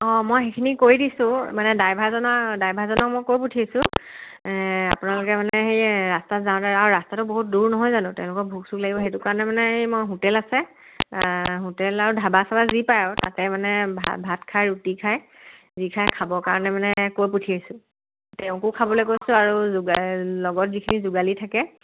অ' মই সেইখিনি কৰি দিছো মানে ডাইভাৰজন ডাইভাৰজনক মই কৈ পঠিয়াইছো আপোনালোকে মানে সেয়ে ৰাস্তাত যাওতে আউ ৰাস্তাটো বহু দূৰ নহয় জানো তেওঁলোকৰ ভোক চোক লাগিব সেইটো কাৰণে মানে মই হোটেল আছে ধাবা চাবা যি পাই আৰু তাতে মানে ভাত খাই ৰুটী খাই যি খাই খাবৰ কাৰণে মানে কৈ পঠিয়াইছোঁ তেওঁকো খাবলৈ কৈছোঁ আৰু যোগা লগত যিখিনি যোগালী থাকে